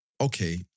okay